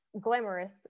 glamorous